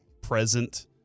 present